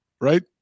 Right